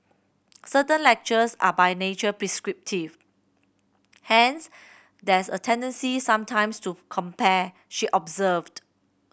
certain lectures are by nature prescriptive hence there's a tendency sometimes to compare she observed